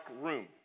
room